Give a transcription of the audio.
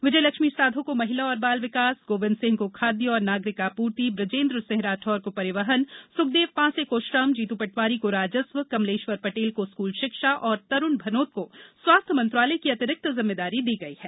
विजयलक्ष्मी साधौ को महिला और बाल विकास गोविन्द सिंह को खाद्य और नागरिक आपूर्ति ब्रजेन्द्र सिंह राठौर को परिवहन सुखदेव पांसे को श्रम जीत पटवारी को राजस्व कमलेश्वर पटेल को स्कल शिक्षा तथा तरुण भनोत को स्वास्थ्य मंत्रालय की अंतिरिक्त जिम्मेदारी दी गई है